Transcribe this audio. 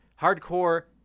hardcore